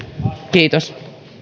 kiitos